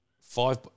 five –